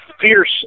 fierce